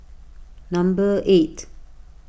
number eight